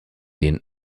den